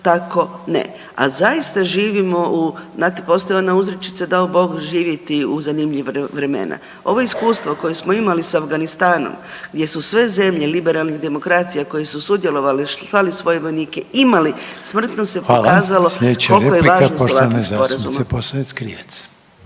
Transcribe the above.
tako ne. A zaista živimo, znate postoji ona uzrečica, dao Bog živjeti u zanimljiva vremena. Ovo iskustvo koje smo imali s Afganistanom, gdje su sve zemlje liberalnih demokracije koje se sudjelovale slale svoje vojnike, imali smrtno se pokazalo kolika je važnost ovakvih sporazuma. **Reiner, Željko (HDZ)** Hvala, sljedeća replika poštovane zastupnice Posavec-Krivec.